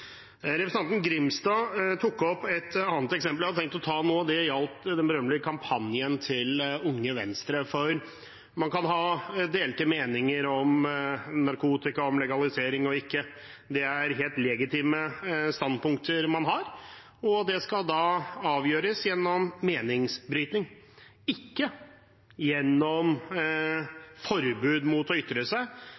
Representanten Grimstad tok opp et eksempel som jeg hadde tenkt å ta nå, og det gjaldt den berømmelige kampanjen til Unge Venstre. Man kan ha delte meninger om narkotika, om legalisering og ikke, det er helt legitime standpunkter å ha, men det skal avgjøres gjennom meningsbrytning, ikke gjennom